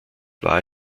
war